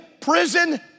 prison